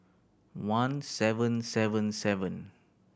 one seven seven seven